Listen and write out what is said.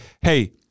hey